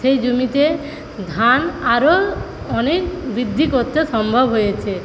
সেই জমিতে ধান আরও অনেক বৃদ্ধি করতে সম্ভব হয়েছে